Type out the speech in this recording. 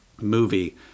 movie